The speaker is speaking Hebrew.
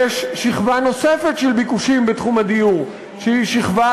יש שכבה נוספת של ביקושים בתחום הדיור שהיא שכבת